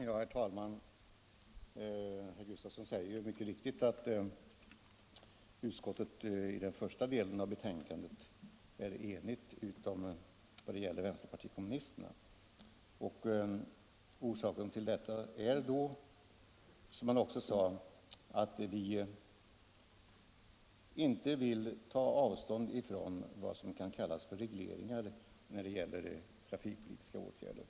Herr talman! Herr Gustafson i Göteborg säger mycket riktigt att utskottet i den första delen av betänkandet är enigt så när som på vänsterpartiet kommunisterna. Orsaken till detta är, som han också sade, att vi inte vill ta avstånd från vad som kan kallas regleringar när det gäller trafikpolitiska åtgärder.